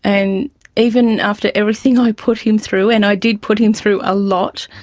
and even after everything i put him through, and i did put him through a lot,